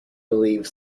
believe